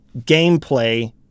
gameplay